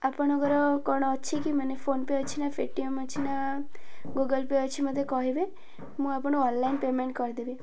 ଆପଣଙ୍କର କଣ ଅଛି କି ମାନେ ଫୋନ୍ ପେ ଅଛି ନା ପେଟିଏମ୍ ଅଛି ନା ଗୁଗଲ ପେ ଅଛି ମତେ କହିବେ ମୁଁ ଆପଣ ଅନଲାଇନ୍ ପେମେଣ୍ଟ କରିଦେବି